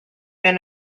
been